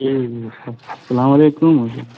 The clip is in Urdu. جی سلام علیکم